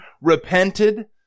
repented